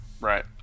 Right